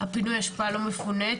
הפינוי אשפה לא מפונה,